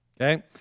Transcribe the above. okay